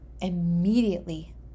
immediately